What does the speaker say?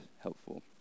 helpful